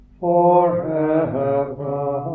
forever